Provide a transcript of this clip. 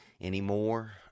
anymore